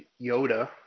Yoda